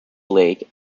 lake